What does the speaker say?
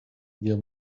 wir